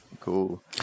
cool